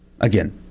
Again